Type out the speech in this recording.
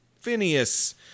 phineas